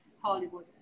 Hollywood